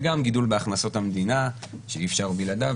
וגם גידול בהכנסות המדינה שאי-אפשר בלעדיו,